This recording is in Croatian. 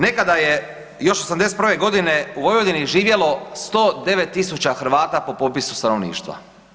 Nekada je još '81. g. u Vojvodini živjelo 109 000 Hrvata po popisu stanovništva.